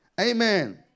Amen